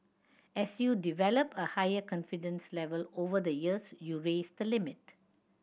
as you develop a higher confidence level over the years you raise the limit